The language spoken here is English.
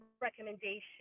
recommendation